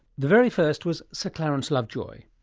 the very first was sir clarence lovejoy.